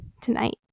tonight